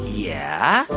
yeah.